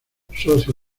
socio